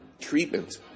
treatment